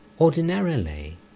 Ordinarily